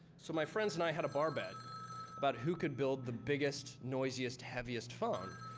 so my friends and i had a bar bet about who could build the biggest, noisiest, heaviest phone?